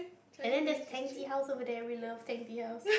and then there's twenty house there we love twenty house